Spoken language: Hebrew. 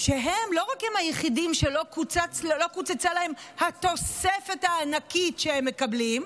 שהם לא רק הם היחידים שלא קוצצה להם התוספת הענקית שהם מקבלים,